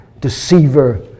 deceiver